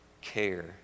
care